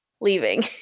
Leaving